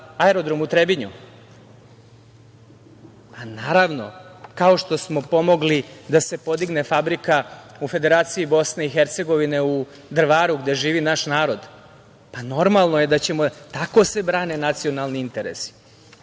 aerodrom u Trebinju. Pa naravno, kao što smo pomogli da se pomogne fabrika u Federaciji Bosne i Hercegovine u Drvaru, gde živi naš narod. Pa normalno je da ćemo, tako se brane nacionalni interesi.